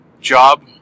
job